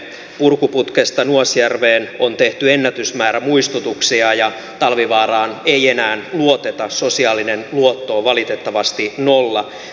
purkuputkesta nuasjärveen on tehty ennätysmäärä muistutuksia ja talvivaaraan ei enää luoteta sosiaalinen luotto on valitettavasti nolla